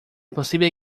posible